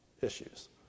issues